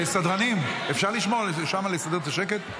סדרנים, אפשר לסדר שם שקט?